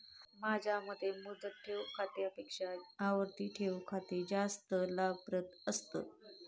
माझ्या मते मुदत ठेव खात्यापेक्षा आवर्ती ठेव खाते जास्त लाभप्रद असतं